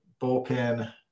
bullpen